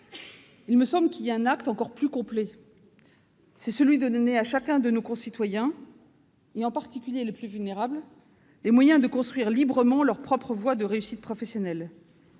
Il est un acte encore plus complet, me semble-t-il : c'est celui de donner à chacun de nos concitoyens, en particulier aux plus vulnérables, les moyens de construire librement leur propre voie de réussite professionnelle